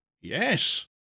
Yes